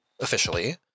officially